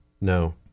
no